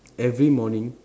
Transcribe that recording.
every morning